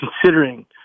considering